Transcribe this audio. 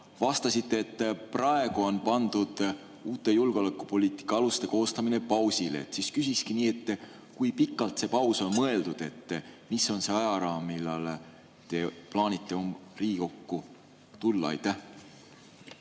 Vastasite, et praegu on pandud uute julgeolekupoliitika aluste koostamine pausile. Ma siis küsikski nii, et kui pikalt see paus on mõeldud. Mis on see ajaraam, millal te plaanite Riigikokku tulla? Austatud